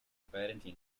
apparently